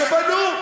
אה, תודי שבנו.